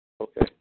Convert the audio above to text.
Okay